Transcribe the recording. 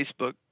Facebook